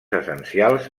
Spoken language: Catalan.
essencials